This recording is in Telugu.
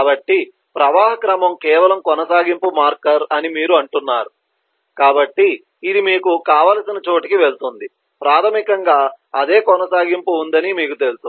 కాబట్టి ప్రవాహ క్రమం కేవలం కొనసాగింపు మార్కర్ అని మీరు అంటున్నారు కాబట్టి ఇది మీకు కావలసిన చోటికి వెళుతుంది ప్రాథమికంగా అదే కొనసాగింపు ఉందని మీకు తెలుసు